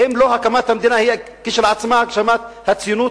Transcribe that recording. האם לא הקמת המדינה, היא כשלעצמה, הגשמת הציונות?